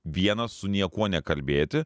vienas su niekuo nekalbėti